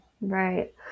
Right